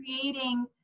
creating